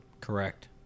correct